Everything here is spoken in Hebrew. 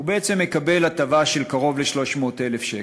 הוא בעצם מקבל הטבה של קרוב ל-300,000 שקל.